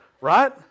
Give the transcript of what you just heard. right